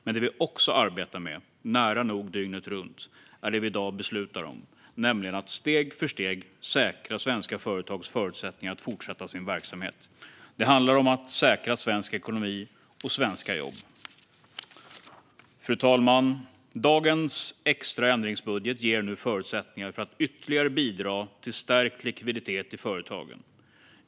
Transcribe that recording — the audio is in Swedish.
Men det vi också arbetar med, nära nog dygnet runt, är det vi i dag beslutar om, nämligen att steg för steg säkra svenska företags förutsättningar att fortsätta sin verksamhet. Det handlar om att säkra svensk ekonomi och svenska jobb. Fru talman! Dagens extra ändringsbudget ger nu förutsättningar för att ytterligare bidra till stärkt likviditet i företagen.